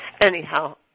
Anyhow